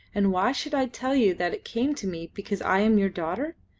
and why should i tell you that it came to me because i am your daughter?